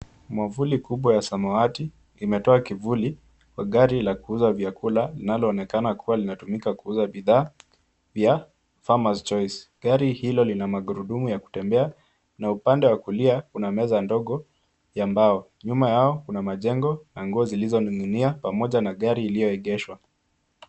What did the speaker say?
Mwavuli kubwa ya samawati imetoa kivuli kwa gari la kuuza vyakula, linaloonekana kuwa linatumika kuuza bidhaa vya Farmer's Choice. Gari hilo lina magurudumu ya kutembea na upande wa kulia kuna meza ndogo ya mbao. Nyuma yao kuna majengo na nguo zilizoning'inia pamoja na gari iliyoegeshwa.